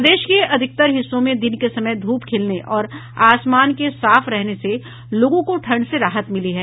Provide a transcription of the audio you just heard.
प्रदेश के अधिकतर हिस्सों में दिन के समय धूप खिलने और आसमान के साफ रहने से लोगों को ठंड से राहत मिली है